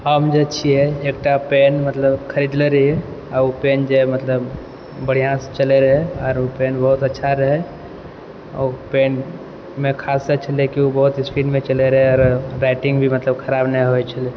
हम जे छियै एकटा पेन मतलब खरीदने रहियै ओ पेन जे मतलब बढ़िआँसँ चलैत रहै पेन बहुत अच्छा रहै ओ पेनमे खासियत छलै कि ओ बहुत स्पीडमे चलैत रहै राइटिंग भी मतलब खराब नहि होइ छलै